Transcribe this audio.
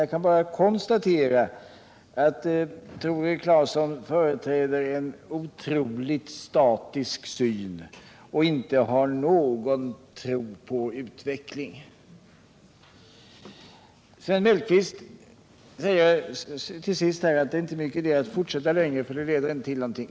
Jag kan bara konstatera att Tore Claeson företräder en otroligt statisk syn och inte har någon tro på utveckling. Sven Mellqvist säger till sist att det inte är mycket idé att fortsätta debatten längre, för den leder inte till någonting.